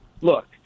look